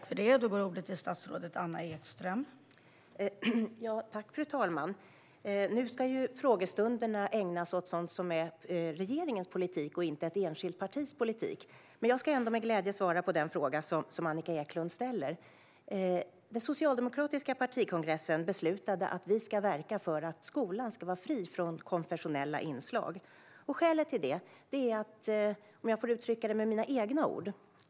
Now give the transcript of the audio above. Fru talman! Frågestunderna ska ju ägnas åt sådant som är regeringens politik, inte åt ett enskilt partis politik. Men jag ska ändå med glädje svara på den fråga som Annika Eclund ställde. Den socialdemokratiska partikongressen beslutade att man ska verka för att skolan ska vara fri från konfessionella inslag. Skälet till detta ska jag uttrycka med mina egna ord.